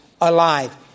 alive